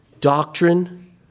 doctrine